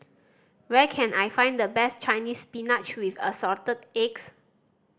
where can I find the best Chinese Spinach with Assorted Eggs